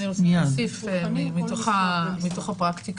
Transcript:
אני רוצה להוסיף מתוך הפרקטיקה.